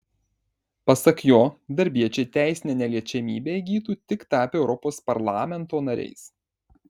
pasak jo darbiečiai teisinę neliečiamybę įgytų tik tapę europos parlamento nariais